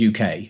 UK